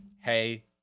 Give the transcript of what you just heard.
hey